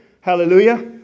hallelujah